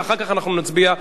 ואחר כך אנחנו נצביע בנפרד.